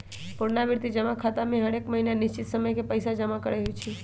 पुरनावृति जमा खता में हरेक महीन्ना निश्चित समय के पइसा जमा करेके होइ छै